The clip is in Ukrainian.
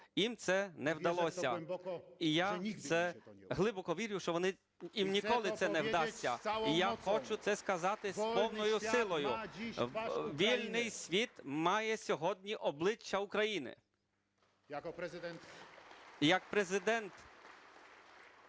їм це не вдалося. І я в це глибоко вірю, що їм ніколи це не вдасться. І я хочу це сказати з повною силою: вільний світ має сьогодні обличчя України. Як Президент